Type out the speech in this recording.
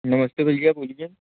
नमस्ते भईया बोलिए